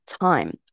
time